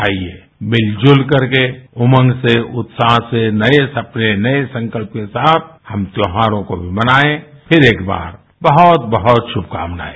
आइए मिलजुल करके उमंग से उत्साह से नये सपने नये संकल्प के साथ हम त्यौहारों को भी मनाएं फिर एक बार बह्त बह्त श्रमकामनाएं